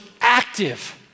active